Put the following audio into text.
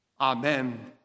Amen